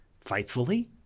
faithfully